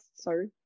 Sorry